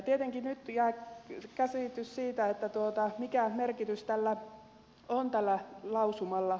tietenkin nyt jää kysymys siitä mikä merkitys on tällä lausumalla